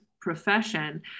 profession